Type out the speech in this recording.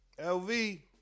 LV